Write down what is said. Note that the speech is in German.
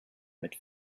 mit